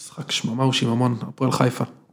משחק שממה ושיממון, הפועל חיפה.